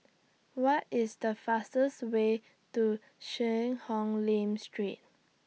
What IS The fastest Way to Cheang Hong Lim Street